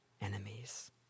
enemies